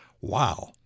Wow